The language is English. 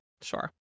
sure